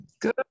Good